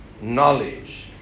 knowledge